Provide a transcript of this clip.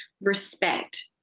respect